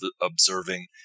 observing